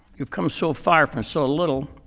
you've come so far from so little,